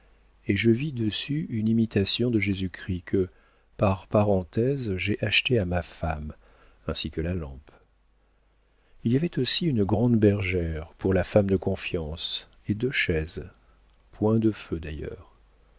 et je vis dessus une imitation de jésus-christ que par parenthèse j'ai achetée à ma femme ainsi que la lampe il y avait aussi une grande bergère pour la femme de confiance et deux chaises point de feu d'ailleurs